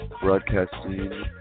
Broadcasting